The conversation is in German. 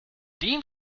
den